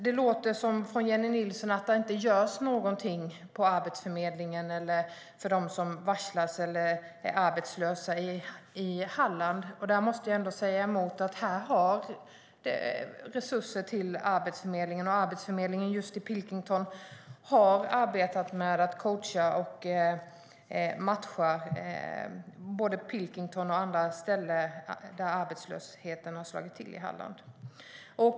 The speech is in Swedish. Det låter på Jennie Nilsson som om det inte görs någonting från Arbetsförmedlingen för dem som varslas eller är arbetslösa i Halland. Där måste jag ändå säga emot, för resurser till Arbetsförmedlingen i stort och till Arbetsförmedlingen just i Pilkingtonfallet har gjort att man kunnat arbeta med att coacha och matcha dem från Pilkington och från andra ställen där arbetslösheten har slagit till i Halland.